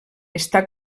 està